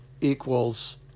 equals